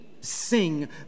sing